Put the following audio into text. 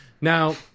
Now